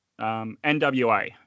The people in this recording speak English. NWA